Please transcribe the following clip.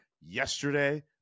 yesterday